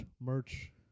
merch